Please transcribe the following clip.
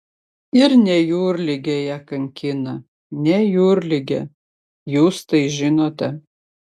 ir ne jūrligė ją kankina ne jūrligė jūs tai žinote